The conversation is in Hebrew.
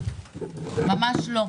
ממש לא.